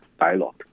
dialogue